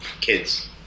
kids